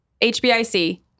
HBIC